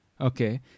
Okay